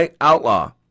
Outlaw